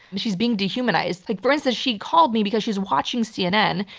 she's being dehumanized. like for instance, she called me because she's watching cnn,